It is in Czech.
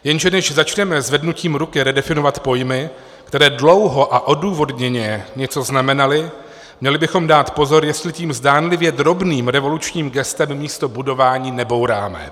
Jenže než začneme zvednutím ruky redefinovat pojmy, které dlouho a odůvodněně něco znamenaly, měli bychom dát pozor, jestli tím zdánlivě drobným revolučním gestem místo budování nebouráme.